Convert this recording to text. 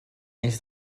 neix